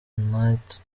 nate